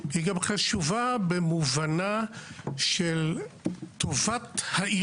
היא גם קשובה במובנה של תרופת ---.